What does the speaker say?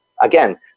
Again